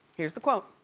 here's the quote,